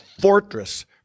fortress